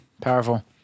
Powerful